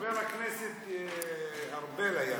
חבר הכנסת ארבל היה, נכון?